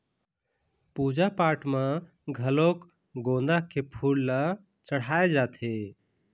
पूजा पाठ म घलोक गोंदा के फूल ल चड़हाय जाथे